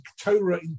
Torah